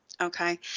Okay